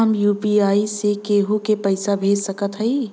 का हम यू.पी.आई से केहू के पैसा भेज सकत हई?